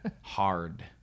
Hard